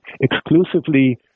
exclusively